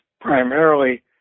primarily